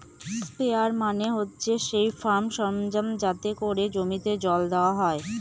sprayer মানে হচ্ছে সেই ফার্ম সরঞ্জাম যাতে করে জমিতে জল দেওয়া হয়